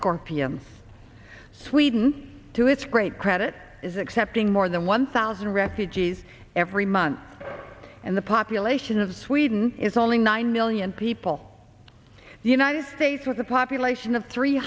scorpions sweden to its great credit is accepting more than one thousand refugees every month and the population of sweden is only nine million people the united states with a population of three